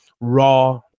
raw